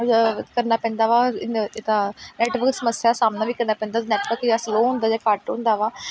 ਕਰਨਾ ਪੈਂਦਾ ਵਾ ਇਨ ਇੱਦਾਂ ਨੈਟਵਰਕ ਸਮੱਸਿਆ ਦਾ ਸਾਹਮਣਾ ਵੀ ਕਰਨਾ ਪੈਂਦਾ ਨੈਟਵਰਕ ਜਾਂ ਸਲੋਅ ਹੁੰਦਾ ਜਾਂ ਘੱਟ ਹੁੰਦਾ ਵਾ